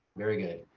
very good.